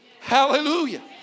Hallelujah